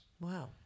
Wow